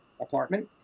apartment